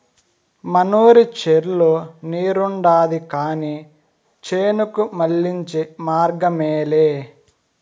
మనూరి చెర్లో నీరుండాది కానీ చేనుకు మళ్ళించే మార్గమేలే